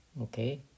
okay